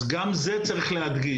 גם את זה צריך להדגיש.